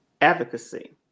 Advocacy